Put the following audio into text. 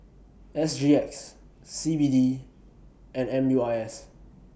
S G X C B D and M U I S